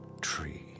tree